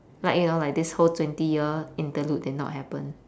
like you know like this whole twenty year interlude did not happen